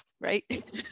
right